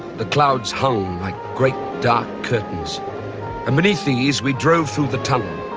the clouds hung like great, dark curtains and beneath these we drove through the tunnel.